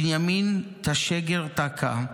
בנימין טשגר טקה,